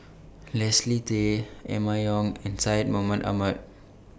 Leslie Tay Emma Yong and Syed Mohamed Ahmed